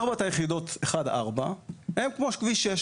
ארבעת היחידות, 4-1, האם סוגרים את כביש 6